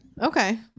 okay